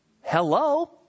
Hello